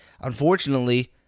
unfortunately